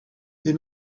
they